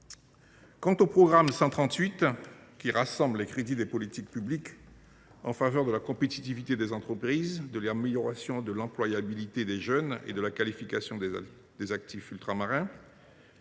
outre mer », qui rassemble les crédits des politiques publiques en faveur de la compétitivité des entreprises, de l’amélioration de l’employabilité des jeunes et de la qualification des actifs ultramarins,